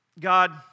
God